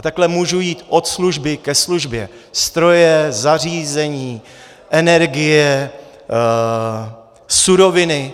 A takhle můžu jít od služby ke službě: stroje, zařízení, energie, suroviny,